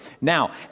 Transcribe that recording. Now